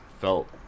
felt